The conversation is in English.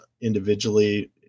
individually